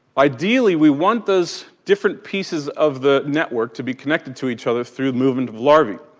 ideally we want those different pieces of the network to be connected to each other through movement of larvae.